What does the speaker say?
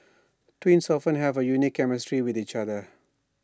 twins often have A unique chemistry with each other